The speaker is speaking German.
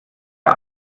der